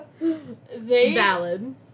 Valid